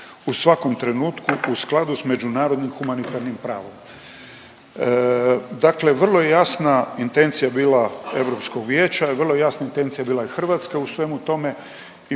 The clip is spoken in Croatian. u svakom trenutku u skladu s međunarodnim humanitarnim pravom. Dakle, vrlo je jasna intencija bila Europskog vijeća, vrlo jasna intencija bila je i Hrvatska u svemu tome i